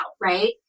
right